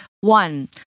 One